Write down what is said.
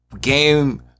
game